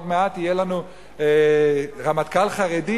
עוד מעט יהיה לנו רמטכ"ל חרדי.